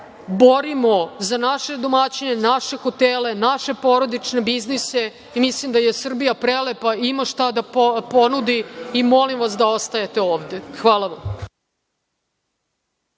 borimo za naše domaćine, naše hotele, naše porodične biznise. Mislim da je Srbija prelepa, ima šta da ponudi i molim vas da ostajete ovde. Hvala vam.